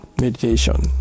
meditation